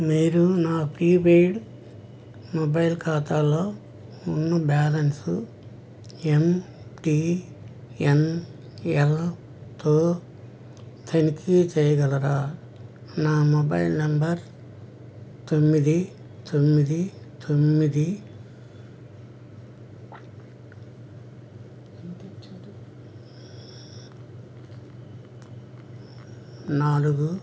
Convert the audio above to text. మీరు నా prepaid mobile ఖాతాలో ఉన్న బ్యాలెన్సు ఎమ్ టీ ఎన్ ఎల్తో తనిఖీ చేయగలరా నా మొబైల్ నెంబర్ తొమ్మిది తొమ్మిది తొమ్మిది నాలుగు